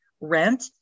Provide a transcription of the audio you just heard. rent